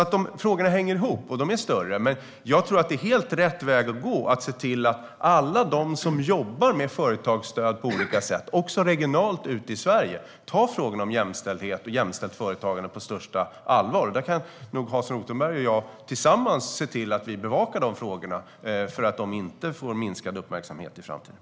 Frågorna hänger ihop och är större, men jag tror att det är helt rätt väg att gå att se till att alla de som jobbar med företagsstöd på olika sätt, också regionalt ute i Sverige, tar frågorna om jämställdhet och jämställt företagande på största allvar. Hans Rothenberg och jag kan nog tillsammans se till att vi bevakar de frågorna, så att de inte får minskad uppmärksamhet i framtiden.